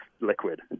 liquid